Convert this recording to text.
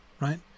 right